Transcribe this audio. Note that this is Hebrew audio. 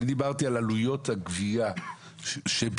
דיברתי על עלויות הגבייה שמוטלות על התושבים,